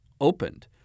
opened